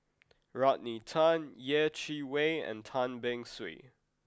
Rodney Tan Yeh Chi Wei and Tan Beng Swee